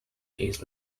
his